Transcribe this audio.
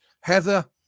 heather